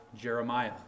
Jeremiah